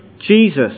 Jesus